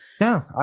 No